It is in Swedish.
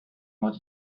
mot